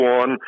on